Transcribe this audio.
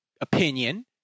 opinion